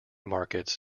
markets